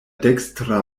dekstra